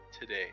today